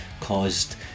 caused